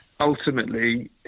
ultimately